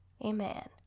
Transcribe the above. Amen